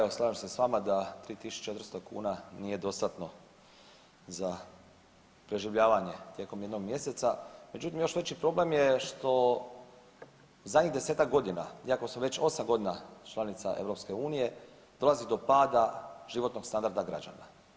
Evo slažem se s vama da 3.400 kuna nije dostatno za preživljavanje tijekom jednog mjeseca, međutim još veći problem je što zadnjih desetak godina, iako smo već osam godina članica EU dolazi do pada životnog standarda građana.